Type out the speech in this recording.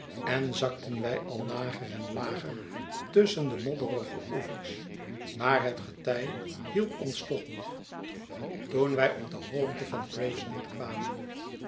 en zakten wij al lager en lager tusschen de modderige oevers maar het getij hielp ons toch nog toen wij op de hoogte van gravesend kwamen